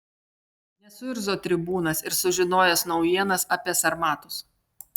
nesuirzo tribūnas ir sužinojęs naujienas apie sarmatus